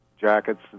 jackets